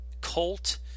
Colt